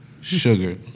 sugar